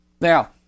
now